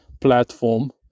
platform